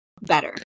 better